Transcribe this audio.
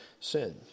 sin